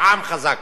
עם חזק.